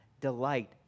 delight